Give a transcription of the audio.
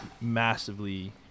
massively